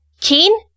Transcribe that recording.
Keen